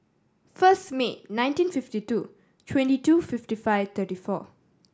first May nineteen fifty two twenty two fifty five thirty four